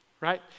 Right